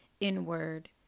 inward